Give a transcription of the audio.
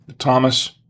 Thomas